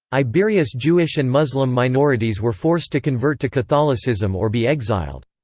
iberia's jewish and muslim minorities were forced to convert to catholicism or be exiled.